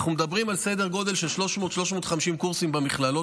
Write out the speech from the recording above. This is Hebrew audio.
ואנחנו מדברים על סדר גודל של 300 350 קורסים במכללות